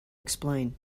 explain